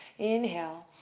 inhale.